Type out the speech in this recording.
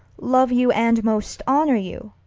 love you, and most honour you.